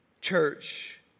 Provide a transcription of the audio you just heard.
church